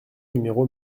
numéro